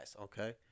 okay